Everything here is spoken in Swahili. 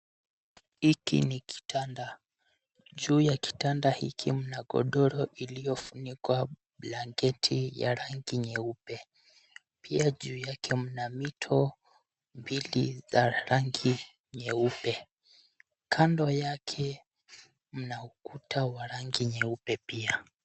Hiki ni kitanda. Juu ya kitanda hiki mna godoro iliyofunikwa blanketi ya rangi nyeupe, pia juu yake mna mito mbili za rangi nyeupe. Kando yake mna ukuta wa rangi nyeupe pia.